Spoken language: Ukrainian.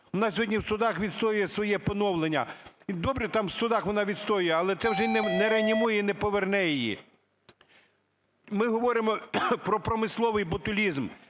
Вона сьогодні в судах відстоює своє поновлення, і добре там в судах вона відстоює, але це вже не реанімує і не поверне її. Ми говоримо про промисловий ботулізм,